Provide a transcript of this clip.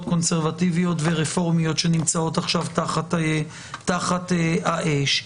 קונסרבטיביות ורפורמיות שנמצאות עכשיו תחת האש,